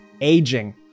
aging